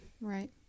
Right